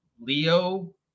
Leo